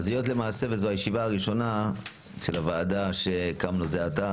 היות וזאת הישיבה הראשונה של הוועדה שקמה זה עתה